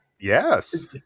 Yes